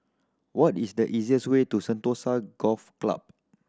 what is the easiest way to Sentosa Golf Club